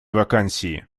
вакансии